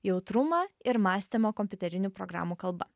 jautrumą ir mąstymą kompiuterinių programų kalba